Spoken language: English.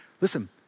Listen